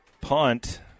punt